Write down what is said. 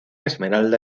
esmeralda